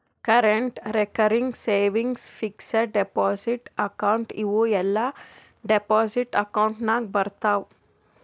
current, recurring, savings, fixed deposit account ಇವೂ ಎಲ್ಲಾ deposit account ನಾಗ್ ಬರ್ತಾವ್